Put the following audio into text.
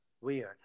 Weird